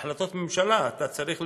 החלטות ממשלה אתה צריך לבצע.